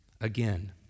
again